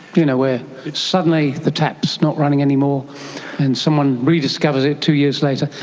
you know, where suddenly the tap is not running anymore and someone rediscovers it two years later?